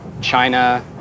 China